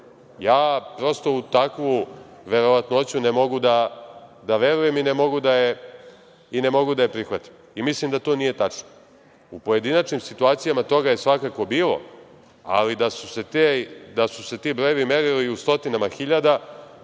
ja prosto u takvu verovatnoću ne mogu da verujem i ne mogu da je prihvatim. Mislim da to nije tačno. U pojedinačnim situacijama toga je svakako bilo, ali da su se ti brojevi merili u stotinama hiljada,